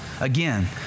Again